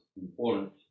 important